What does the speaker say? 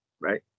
right